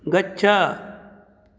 गच्छ